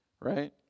right